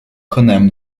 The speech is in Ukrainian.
конем